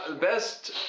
best